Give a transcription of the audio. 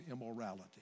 immorality